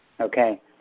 Okay